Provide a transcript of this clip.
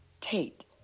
Tate